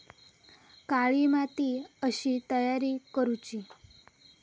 काळी माती कशी तयार करूची?